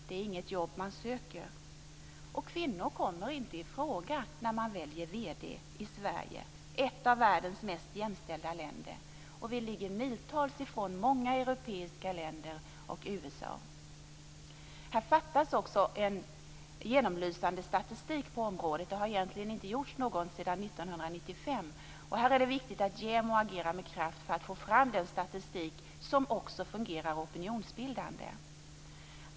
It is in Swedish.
Det är inget jobb man söker, och kvinnor kommer inte i fråga när man väljer vd i Sverige, ett av världens mest jämställda länder. Och vi ligger miltals från många europeiska länder och USA. Det saknas också en genomlysande statistik på området. Det har egentligen inte gjorts någon sedan 1995. Det är därför viktigt att JämO agerar med kraft för att få fram den statistik som också fungerar opinionsbildande.